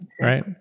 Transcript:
right